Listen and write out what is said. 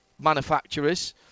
manufacturers